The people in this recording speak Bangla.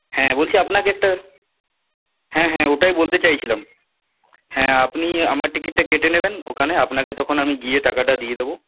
হ্যাঁ বলছি আপনাকে একটা হ্যাঁ হ্যাঁ ওটাই বলতে চাইছিলাম হ্যাঁ আপনি আমার টিকিটটা কেটে নেবেন ওখানে আপনাকে তখন আমি গিয়ে টাকাটা দিয়ে দেবো